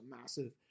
massive